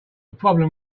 problem